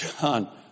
John